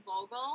Vogel